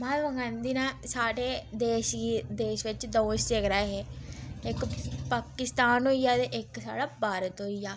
महात्मा गाधी ने साढ़े देश गी देश बिच्च दो हिस्से कराए हे इक पाकिस्तान होई गेआ ते इक साढ़ा भारत होई गेआ